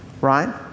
right